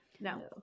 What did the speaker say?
No